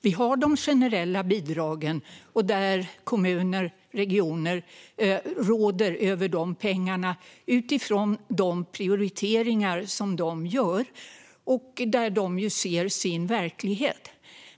Vi har de generella bidragen; kommuner och regioner råder över de pengarna utifrån de prioriteringar de gör - de ser sin verklighet.